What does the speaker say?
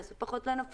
נסעו פחות לנופש,